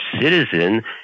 citizen